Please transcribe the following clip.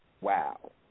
Wow